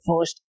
first